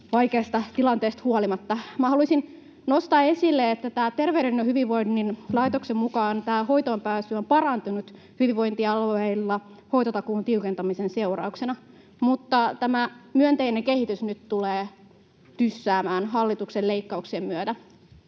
vaikeasta tilanteesta huolimatta. Minä haluaisin nostaa esille, että Terveyden ja hyvinvoinnin laitoksen mukaan hoitoonpääsy on parantunut hyvinvointialueilla hoitotakuun tiukentamisen seurauksena, mutta tämä myönteinen kehitys nyt tulee tyssäämään hallituksen leikkauksien myötä.